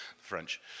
French